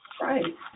Right